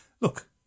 look